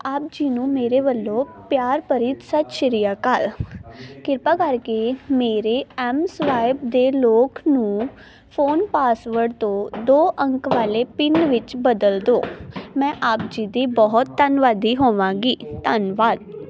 ਆਪ ਜੀ ਨੂੰ ਮੇਰੇ ਵੱਲੋਂ ਪਿਆਰ ਭਰੀ ਸਤਿ ਸ਼੍ਰੀ ਅਕਾਲ ਕਿਰਪਾ ਕਰਕੇ ਮੇਰੇ ਐੱਮਸਵਾਇਪ ਦੇ ਲੌਕ ਨੂੰ ਫ਼ੋਨ ਪਾਸਵਰਡ ਤੋਂ ਦੋ ਅੰਕ ਵਾਲੇ ਪਿੰਨ ਵਿੱਚ ਬਦਲ ਓ ਮੈਂ ਆਪ ਜੀ ਦੀ ਬਹੁਤ ਧੰਨਵਾਦੀ ਹੋਵਾਂਗੀ ਧਂਨਵਾਦ